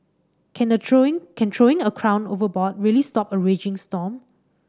can a throwing can throwing a crown overboard really stop a raging storm